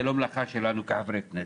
זו לא מלאכה שלנו כחברי כנסת.